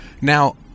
Now